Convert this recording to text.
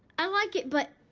i like it, but